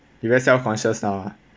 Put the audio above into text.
you very self conscious now ah